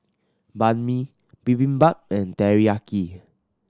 Banh Mi Bibimbap and Teriyaki